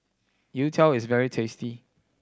youtiao is very tasty